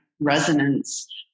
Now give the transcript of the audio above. resonance